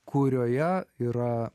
kurioje yra